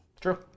True